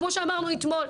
כמו שאמרנו אתמול.